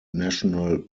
national